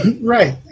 right